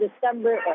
December